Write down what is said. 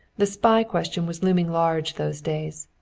the spy question was looming large those days.